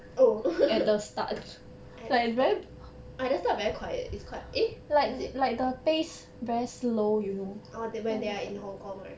oh at the start at the start very quiet it's quite eh like is it orh they~ when they are in hong kong right